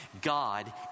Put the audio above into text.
God